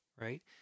right